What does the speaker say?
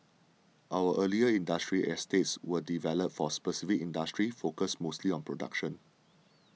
our earlier industrial estates were developed for specific industries focused mostly on production